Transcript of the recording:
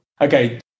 Okay